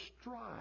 strive